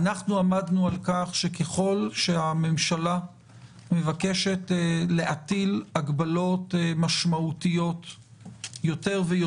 עמדנו על כך שככל שהמשלה מבקשת להטיל מגבלות משמעותיות יותר ויו